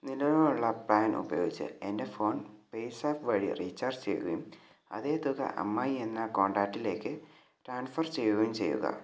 നിലവിലുള്ള പാൻ ഉപയോഗിച്ച് എൻ്റെ ഫോൺ പേയ്സാപ്പ് വഴി റീചാർജ് ചെയ്യുകയും അതേ തുക അമ്മായി എന്ന കോൺടാറ്റിലേക്ക് ട്രാൻഫർ ചെയ്യുകയും ചെയ്യുക